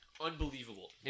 unbelievable